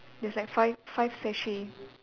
there's like five five sachet